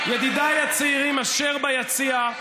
ידידיי הצעירים אשר ביציע,